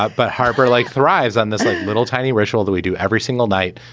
but but harbor like thrives on this little tiny ritual that we do every single night.